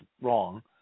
wrong